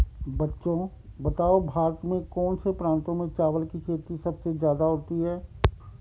बच्चों बताओ भारत के कौन से प्रांतों में चावल की खेती सबसे ज्यादा होती है?